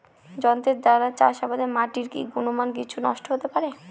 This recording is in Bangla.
যন্ত্রের দ্বারা চাষাবাদে মাটির কি গুণমান কিছু নষ্ট হতে পারে?